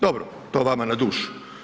Dobro, to vama na dušu.